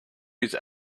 use